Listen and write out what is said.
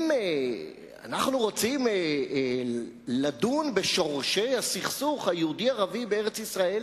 אם אנחנו רוצים לדון בשורשי הסכסוך היהודי הערבי בארץ-ישראל,